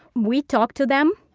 we talked to them.